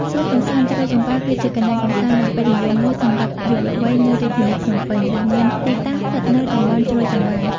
សួនកម្សាន្តជ្រោយចង្វារ គឺជាកន្លែងកម្សាន្តដ៏ពេញនិយមមួយសម្រាប់យុវវ័យនៅរាជធានីភ្នំពេញ ដែលមានទីតាំងស្ថិតនៅតំបន់ជ្រោយចង្វារ។